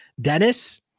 Dennis